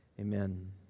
amen